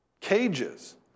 Cages